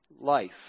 Life